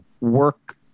work